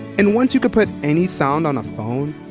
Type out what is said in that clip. and once you could put any sound on a phone,